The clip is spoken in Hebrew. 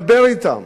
דבר אתם,